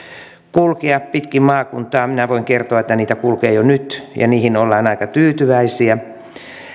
kulkea pitkin maakuntaa minä voin kertoa että niitä kulkee jo nyt ja niihin ollaan aika tyytyväisiä